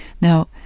Now